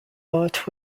art